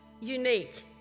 unique